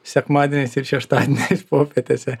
sekmadieniais ir šeštadieniais popietėse